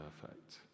perfect